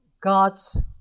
God's